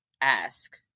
ask